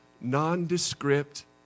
nondescript